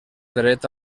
dret